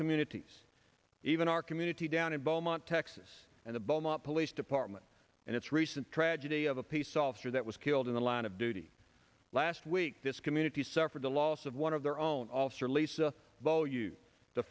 communities even our community down in beaumont texas and the beaumont police department and its recent tragedy of a peace officer that was killed in the line of duty last week this community suffered the loss of one of their own all sir lisa